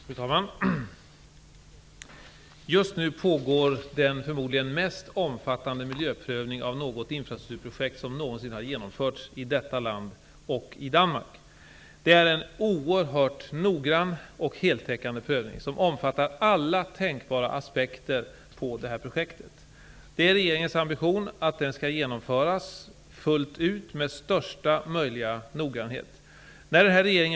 Fru talman! Just nu pågår den förmodligen mest omfattande miljöprövning av ett infrastrukturprojekt som någonsin har genomförts i detta land och i Danmark. Det är en oerhört noggrann och heltäckande prövning som omfattar alla tänkbara aspekter på projektet. Det är regeringens ambition att den med största möjliga noggrannhet skall genomföras fullt ut.